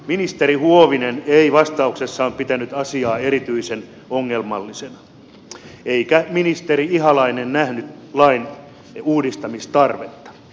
ministeri huovinen ei vastauksessaan pitänyt asiaa erityisen ongelmallisena eikä ministeri ihalainen nähnyt lain uudistamistarvetta